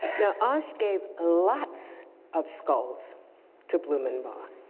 now, asch gave lots of skulls to blumenbach.